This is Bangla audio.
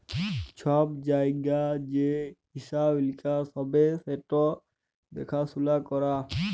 ছব জায়গায় যে হিঁসাব লিকাস হ্যবে সেট দ্যাখাসুলা ক্যরা